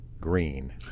Green